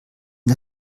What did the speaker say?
der